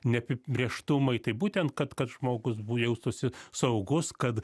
neapibrėžtumai tai būtent kad kad žmogus jaustųsi saugus kad